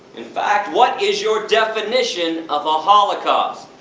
in fact, what is your definition of a holocaust?